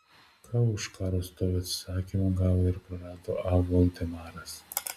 ką už karo stovio atsisakymą gavo ar prarado a voldemaras